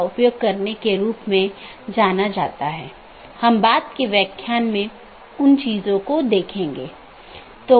इसलिए पथ को गुणों के प्रकार और चीजों के प्रकार या किस डोमेन के माध्यम से रोका जा रहा है के रूप में परिभाषित किया गया है